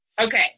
Okay